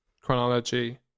chronology